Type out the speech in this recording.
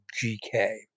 GK